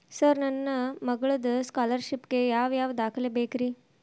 Sir ನನ್ನ ಮಗ್ಳದ scholarship ಗೇ ಯಾವ್ ಯಾವ ದಾಖಲೆ ಬೇಕ್ರಿ?